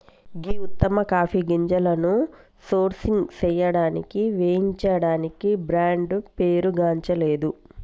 గీ ఉత్తమ కాఫీ గింజలను సోర్సింగ్ సేయడానికి వేయించడానికి బ్రాండ్ పేరుగాంచలేదు